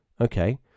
okay